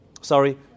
Sorry